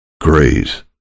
Grace